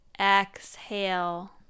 Exhale